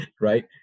Right